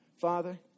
Father